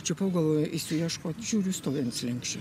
čiupau galvoju eisiu ieškot žiūriu stovi ant slenksčio